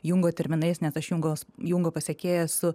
jungo terminais nes aš jungos jungo pasekėja esu